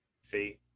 See